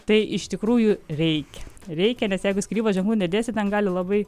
tai iš tikrųjų reikia reikia nes jeigu skyrybos ženklų nedėsi ten gali labai